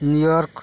New York